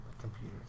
computers